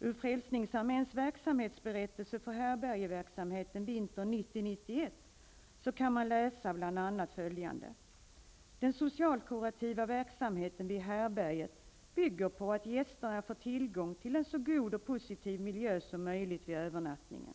Ur Frälsningsarméns verksamhetsberättelse för härbärgeverksamheten vintern 1990-1991 kan man läsa bl.a. följande: Den socialkurativa verksamheten vid härbärget bygger på att gästerna får tillgång till en så god och positiv miljö som möjligt vid övernattningen.